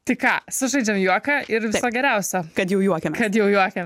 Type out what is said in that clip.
tai ką sužaidžiam juoką ir geriausia kad jau juokiamės kad jau juokiamės